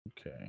Okay